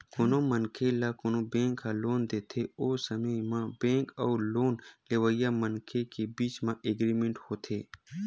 कोनो मनखे ल कोनो बेंक ह लोन देथे ओ समे म बेंक अउ लोन लेवइया मनखे के बीच म एग्रीमेंट होथे